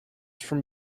from